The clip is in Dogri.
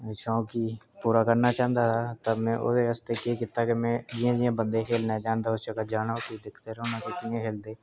ते शौक गी पूरा करना चांह्दा हा ते में ओह्दे आस्तै केह् कीता कि में जि'यां जि'यां बंदे खेढने जान तां उसलै जाना उठी ते दिखदे रौहना कि कि'यां खेढदे